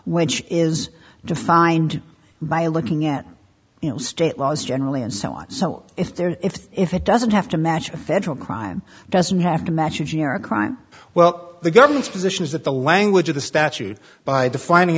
which is defined by looking at you know state laws generally and so on so if there if if it doesn't have to match a federal crime doesn't have to match if you're a crime well the government's position is that the language of the statute by defining